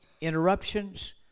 Interruptions